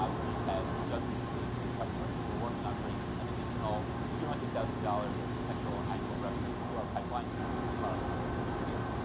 um we've had dozens of free and paid customers. and we're working on bringing an additional two hundred thousand dollars of potential annual revenue through our pipeline to prove product market fit this year.